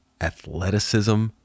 Athleticism